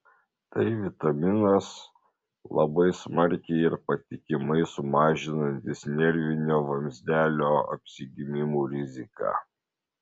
tai vitaminas labai smarkiai ir patikimai sumažinantis nervinio vamzdelio apsigimimų riziką